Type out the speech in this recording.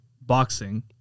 boxing